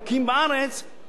יש פטור ממס שבח.